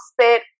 spit